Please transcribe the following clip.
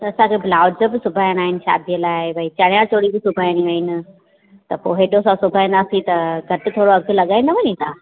त असांजो ब्लाउज बि सुभाइणा आहिनि शादी लाइ भाई चणिया चोली बि सुभाइणियूं आहिनि त पोइ हेॾो सभु सिबाईंदासी त घटि थोरो अघु लॻाईंदव नी तव्हां